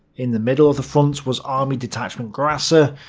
in the middle of the front was army detachment grasser.